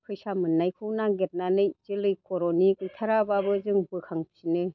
फैसा मोननायखौ नागिरनानै जोलै खर'नि गैथाराब्लाबो जों बोखांफिनो